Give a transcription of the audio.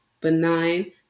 Benign